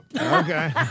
Okay